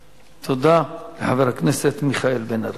תודה, חבר הכנסת מיכאל בן-ארי.